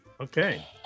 Okay